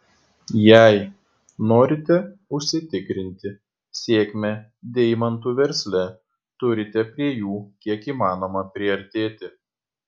jei norite užsitikrinti sėkmę deimantų versle turite prie jų kiek įmanoma priartėti